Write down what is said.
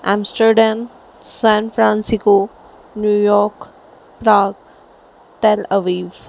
Amsterdam San Francisco New York Rome